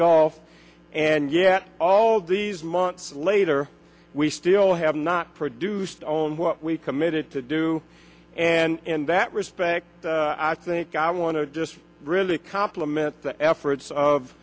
gulf and yet all these months later we still have not produced on what we committed to do and in that respect i think i want to just really compliment the efforts of